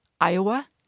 Iowa